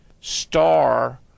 star